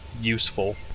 useful